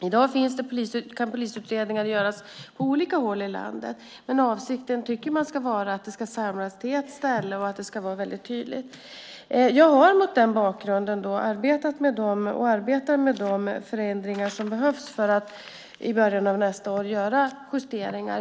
I dag kan polisutredningar göras på olika håll i landet, men avsikten tycker man ska vara att de ska samlas på ett ställe. Jag har mot den bakgrunden arbetat och arbetar med de förändringar som behövs för att i början av nästa år göra justeringar.